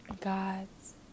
gods